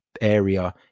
area